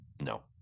No